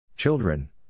children